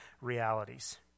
realities